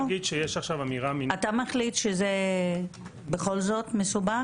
אתה מחליט שזה בכל זאת מסובך?